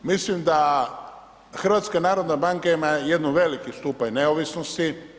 Mislim da HNB ima jedan veliki stupanj neovisnosti.